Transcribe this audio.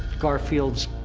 garfield's.